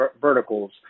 verticals